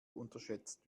unterschätzt